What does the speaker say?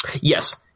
Yes